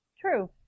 True